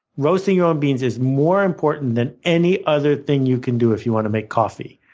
roasting your own beans is more important than any other thing you can do if you want to make coffee.